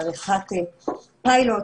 על עריכת פיילוט,